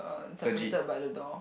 uh separated by the door